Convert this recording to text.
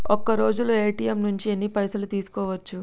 ఒక్కరోజులో ఏ.టి.ఎమ్ నుంచి ఎన్ని పైసలు తీసుకోవచ్చు?